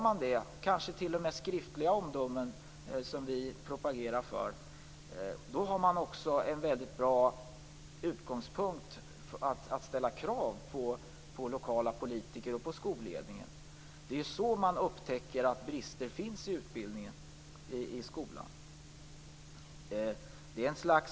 Genom kanske t.o.m. skriftliga omdömen, som vi propagerar för, får man också en väldigt bra utgångspunkt för att ställa krav på lokala politiker och på skolledning. Det är så man upptäcker att det finns brister i skolans undervisning.